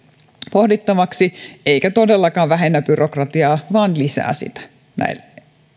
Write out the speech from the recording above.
pohdittavaksi eikä se todellakaan vähennä byrokratiaa vaan näin